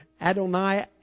Adonai